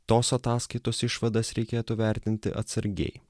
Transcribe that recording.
tos ataskaitos išvadas reikėtų vertinti atsargiai